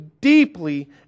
deeply